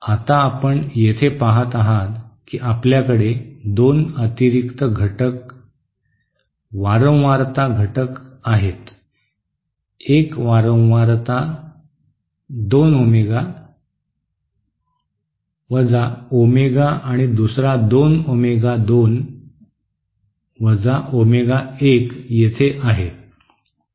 आता आपण येथे काय पाहत आहात की आपल्याकडे 2 अतिरिक्त घटक वारंवारता घटक आहेत एक वारंवारता 2 ओमेगा ओमेगा आणि दुसरा 2 ओमेगा 2 ओमेगा 1 येथे आहे